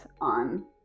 on